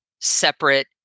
separate